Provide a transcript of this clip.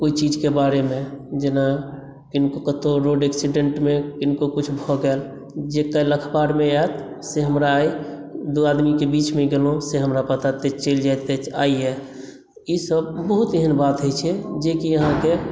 कोय चीजके बारेमे जेना किनको कतौ रोड एक्सीडेंट मे किनको किछु भऽ गेल जे काल्हि अखबारमे आयत से हमरा आइ दू आदमीके बीचमे गेलहुँ से हमरा पता तऽ चलि जायत अछि आइये ई सभ बहुत एहन बात होइ छै जेकी अहाँकेॅं